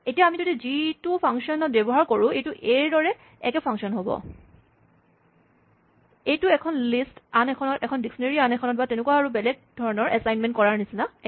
এতিয়া আমি যদি জি টো ফাংচনত ব্যৱহাৰ কৰোঁ এইটো এ ৰ দৰে একে ফাংচন হ'ব এইটো এখন লিষ্ট আন এখনত এখন ডিক্সনেৰীআন এখনত বা তেনেকুৱা আৰু বেলেগ এচাইন কৰাৰ নিচিনা একে